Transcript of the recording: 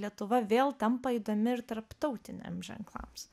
lietuva vėl tampa įdomi ir tarptautiniam ženklams